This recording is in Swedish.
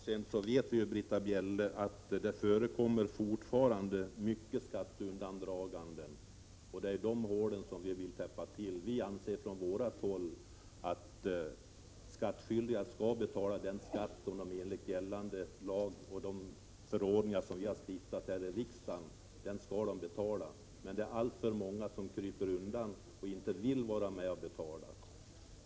Herr talman! Britta Bjelle vet att det fortfarande förekommer mycket av skatteundandragande, och vi vill täppa till kryphålen i lagstiftningen. Vi anser på vårt håll att de skattskyldiga skall betala den skatt som de enligt gällande lagar och förordningar, stiftade här i riksdagen, skall erlägga, men det är alltför många som kryper undan och inte vill betala sin skatt.